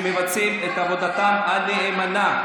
שמבצעים את עבודתם הנאמנה.